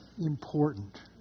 important